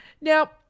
now